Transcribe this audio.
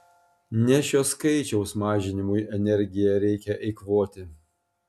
ne šio skaičiaus mažinimui energiją reikia eikvoti